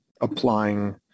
applying